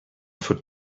for